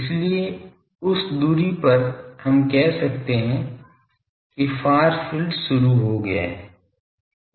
इसलिए उस दूरी पर हम कह सकते हैं कि फार फील्ड शुरू हो गया है